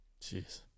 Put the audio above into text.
Jeez